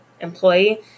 employee